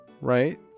right